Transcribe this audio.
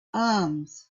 arms